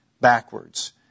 backwards